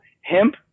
hemp